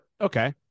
okay